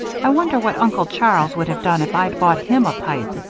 i wonder what uncle charles would have done if i'd bought him a pipe.